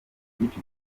byinshi